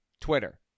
Twitter